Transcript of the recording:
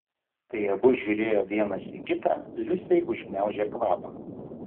kai abu žiūrėjo vienas į kitą liusei užgniaužė kvapą